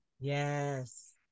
Yes